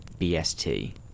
BST